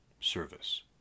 service